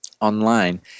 online